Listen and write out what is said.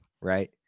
right